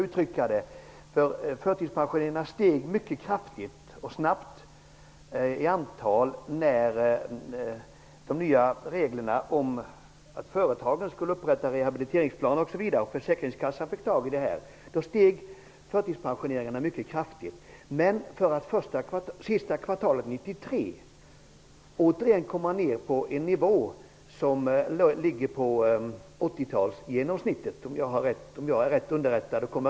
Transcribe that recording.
Antalet förtidspensioneringar steg snabbt när de nya reglerna om att företagen skulle inrätta rehabiliteringsplaner trädde i kraft. Men sista kvartalet 1993 sjönk de återigen ned till en nivå som motsvarar genomsnittet för 80-talet -- om jag är rätt underrättad.